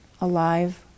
alive